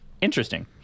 interesting